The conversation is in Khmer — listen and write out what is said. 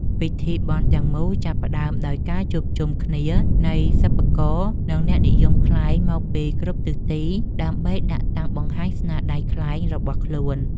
ពិធីបុណ្យទាំងមូលចាប់ផ្ដើមដោយការជួបជុំគ្នានៃសិប្បករ និងអ្នកនិយមខ្លែងមកពីគ្រប់ទិសទី ដើម្បីដាក់តាំងបង្ហាញស្នាដៃខ្លែងរបស់ខ្លួន។